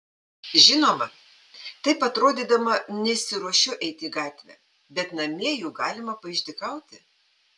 žinoma taip atrodydama nesiruošiu eiti į gatvę bet namie juk galima paišdykauti